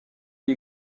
qui